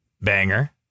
banger